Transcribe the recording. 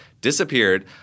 disappeared